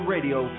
Radio